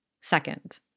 second